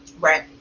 right